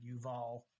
Yuval